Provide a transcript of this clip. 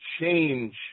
change